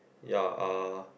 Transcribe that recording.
ya uh